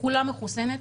כולה מחוסנת,